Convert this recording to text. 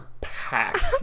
packed